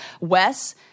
Wes